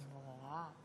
חברה.